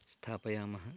स्थापयामः